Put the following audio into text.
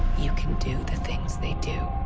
you can do the things they do.